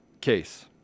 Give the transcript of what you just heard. case